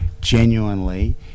genuinely